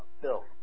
Phil